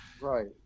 right